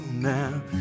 now